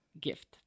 gift